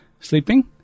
sleeping